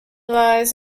lies